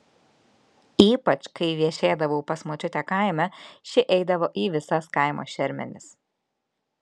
ypač kai viešėdavau pas močiutę kaime ši eidavo į visas kaimo šermenis